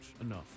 enough